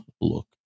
look